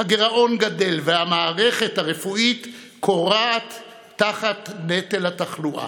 הגירעון גדל והמערכת הרפואית כורעת תחת נטל התחלואה.